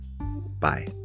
Bye